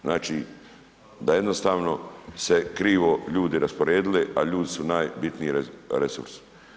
Znači, da jednostavno se krivo ljudi rasporedili, a ljudi su najbitniji resurs.